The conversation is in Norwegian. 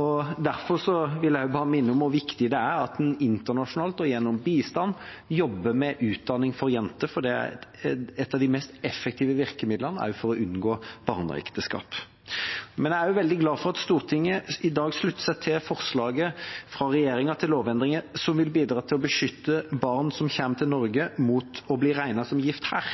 og derfor vil jeg bare minne om hvor viktig det er at man internasjonalt og gjennom bistand jobber med utdanning for jenter, for det er et av de mest effektive virkemidlene for å unngå barneekteskap. Jeg er også veldig glad for at Stortinget i dag slutter seg til forslaget fra regjeringa til lovendringer som vil bidra til å beskytte barn som kommer til Norge, mot å bli regnet som gift her.